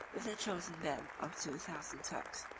with a chosen band of two thousand turks,